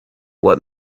what